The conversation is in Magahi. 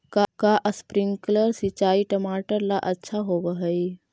का स्प्रिंकलर सिंचाई टमाटर ला अच्छा होव हई?